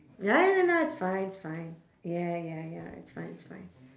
ya ya lah it's fine it's fine yeah yeah ya it's fine it's fine